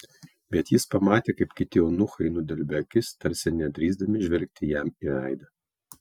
bet jis pamatė kaip kiti eunuchai nudelbia akis tarsi nedrįsdami žvelgti jam į veidą